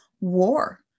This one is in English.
war